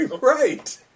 Right